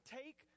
take